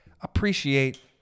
appreciate